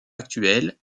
actuelle